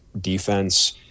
defense